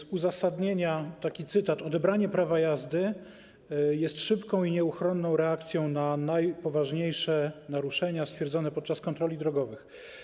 Cytat z uzasadnienia: odebranie prawa jazdy jest szybką i nieuchronną reakcją na najpoważniejsze naruszenia stwierdzone podczas kontroli drogowych.